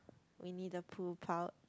Winnie-the-Pooh pouc~